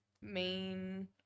main